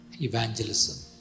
evangelism